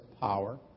power